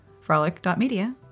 frolic.media